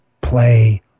play